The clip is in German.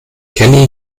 kenne